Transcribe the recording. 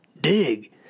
Dig